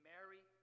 Mary